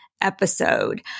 episode